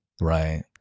Right